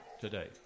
today